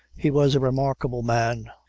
he was a remarkable man.